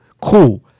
cool